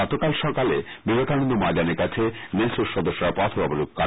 গতকাল সকালে বিবেকানন্দ ময়দানের কাছে নেসোর সদস্যরা পথ অবরোধ করে